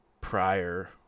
prior